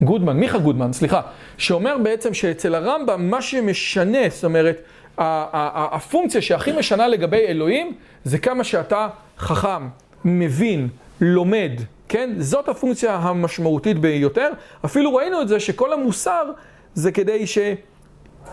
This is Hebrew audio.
גודמן, מיכה גודמן, סליחה, שאומר בעצם שאצל הרמב״ם מה שמשנה, זאת אומרת, הפונקציה שהכי משנה לגבי אלוהים, זה כמה שאתה חכם, מבין, לומד, כן? זאת הפונקציה המשמעותית ביותר. אפילו ראינו את זה שכל המוסר זה כדי ש...